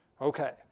Okay